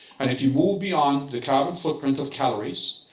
and if you move beyond the carbon footprint of calories,